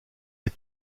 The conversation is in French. est